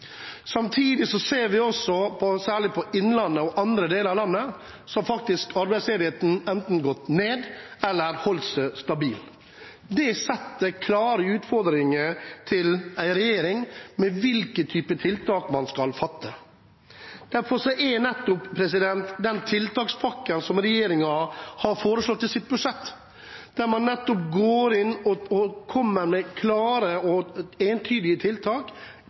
Samtidig ser vi faktisk, særlig i Innlandet og i andre deler av landet, at arbeidsledigheten enten har gått ned eller har holdt seg stabil. Det stiller en regjering overfor klare utfordringer til hvilke tiltak den skal fatte. Derfor går man i tiltakspakken som regjeringen har foreslått i sitt budsjett, inn med klare og entydige tiltak